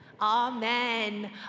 amen